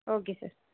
okay sir